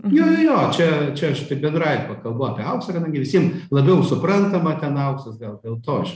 jo jo jo čia čia aš taip bendrai va kalbu apie auksą kadangi visiem labiau suprantama ten auksas gal dėl to aš